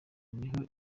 niho